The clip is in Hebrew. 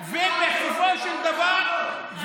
ובסופו של דבר,